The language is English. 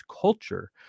culture